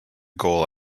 goal